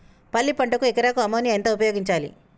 పల్లి పంటకు ఎకరాకు అమోనియా ఎంత ఉపయోగించాలి?